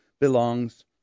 belongs